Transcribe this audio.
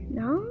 no